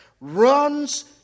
runs